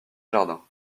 jardin